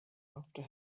after